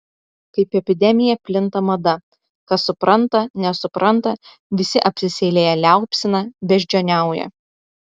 kaip epidemija plinta mada kas supranta nesupranta visi apsiseilėję liaupsina beždžioniauja